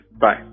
Bye